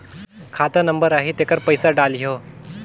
खाता नंबर आही तेकर पइसा डलहीओ?